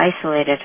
isolated